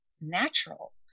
natural